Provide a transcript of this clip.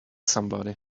somebody